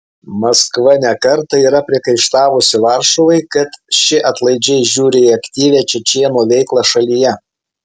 maskva ne kartą yra priekaištavusi varšuvai kad ši atlaidžiai žiūri į aktyvią čečėnų veiklą šalyje